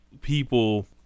people